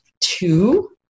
two